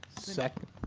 second.